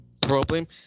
problem